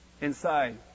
inside